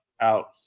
out